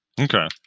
Okay